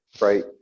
right